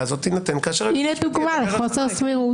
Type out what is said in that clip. הזאת תינתן- -- הנה דוגמה לחוסר סבירות.